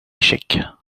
échec